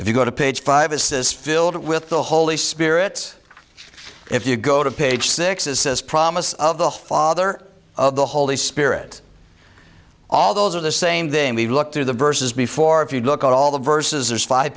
if you go to page five it says filled with the holy spirits if you go to page six is this promise of the father of the holy spirit all those are the same thing we looked through the verses before if you look at all the verses there's five